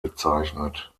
bezeichnet